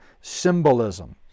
symbolism